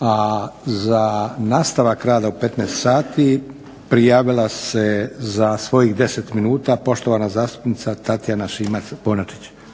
a za nastavak rada u 15 sati prijavila se za svojih 10 minuta poštovana zastupnica Tatjana Šimac Bonačić.